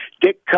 Dick